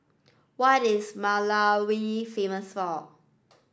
what is Malawi famous for